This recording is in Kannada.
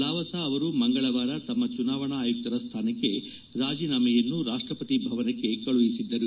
ಲಾವಸಾ ಅವರು ಮಂಗಳವಾರ ತಮ್ಮ ಚುನಾವಣಾ ಆಯುಕ್ತರ ಸ್ವಾನಕ್ಕೆ ರಾಜೀನಾಮೆಯನ್ನು ರಾಷ್ಟಪತಿ ಭವನಕ್ಕೆ ಕಳುಹಿಸಿದ್ದರು